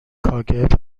کاگب